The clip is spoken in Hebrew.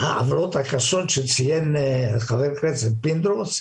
העוולות הקשות שציין חבר הכנסת פינדרוס.